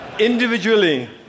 individually